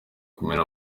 kumena